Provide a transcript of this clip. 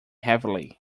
heavily